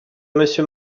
monsieur